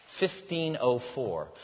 1504